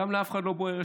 לאף אחד לא בוער.